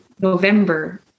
November